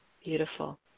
Beautiful